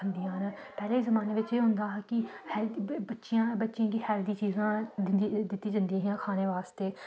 खंदियां न पैह्ले जमानै एह् होंदा हा कि बच्चें गी हेल्थी चीज़ां दित्तियां जंदियां हियां खाने आस्तै